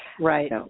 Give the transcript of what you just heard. Right